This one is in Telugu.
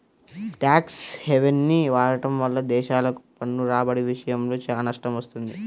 ట్యాక్స్ హెవెన్ని వాడటం వల్ల దేశాలకు పన్ను రాబడి విషయంలో చాలా నష్టం వస్తుంది